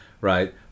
right